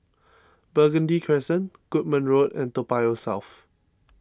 Burgundy Crescent Goodman Road and Toa Payoh South